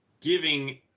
giving